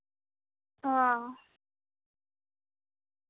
ᱚᱻ